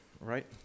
right